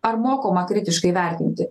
ar mokoma kritiškai vertinti